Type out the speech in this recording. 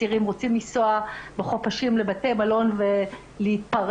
רוצים לנסוע בחופשים לבתי מלון ולהתפרע,